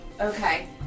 okay